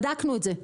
בדקנו את זה.